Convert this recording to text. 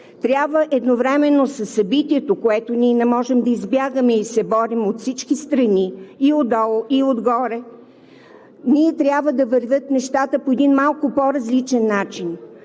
Трябва едновременно със събитието, от което ние не можем да избягаме и се борим от всички страни – и отдолу, и отгоре, трябва да вървят нещата по един малко по-различен начин.